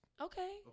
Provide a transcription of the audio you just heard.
Okay